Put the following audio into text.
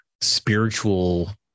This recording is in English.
spiritual